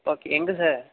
okay எங்கே sir